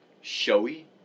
showy